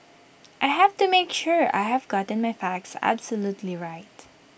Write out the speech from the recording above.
I have to make sure I have gotten my facts absolutely right